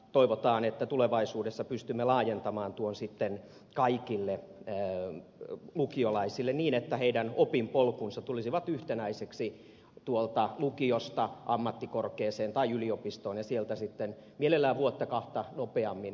toivotaan että tulevaisuudessa sitten pystymme laajentamaan tuon kaikille lukiolaisille niin että heidän opinpolkunsa tulisivat yhtenäisiksi lukiosta ammattikorkeaan tai yliopistoon ja sieltä sitten mielellään vuotta kahta nopeammin työelämään